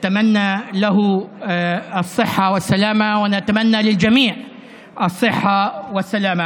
אנו מאחלים לו בריאות שלמה ומאחלים לכולם בריאות שלמה.